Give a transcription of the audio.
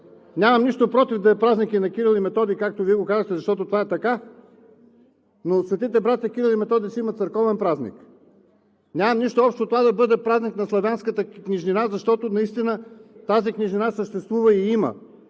нямам нищо против да е празник и на Кирил и Методий, както Вие го казахте, защото това е така, но светите братя Кирил и Методий си имат църковен празник. Нямам нищо против това да бъде празник на славянската книжнина, защото наистина тази книжнина съществува и я има,